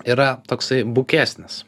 yra toksai bukesnis